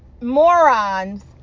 morons